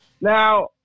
Now